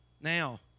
Now